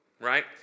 Right